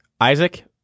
Isaac